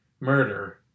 murder